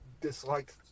disliked